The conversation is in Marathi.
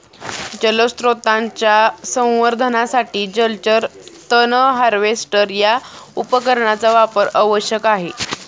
जलस्रोतांच्या संवर्धनासाठी जलचर तण हार्वेस्टर या उपकरणाचा वापर आवश्यक आहे